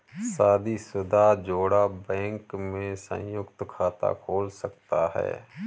शादीशुदा जोड़ा बैंक में संयुक्त खाता खोल सकता है